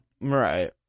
right